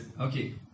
Okay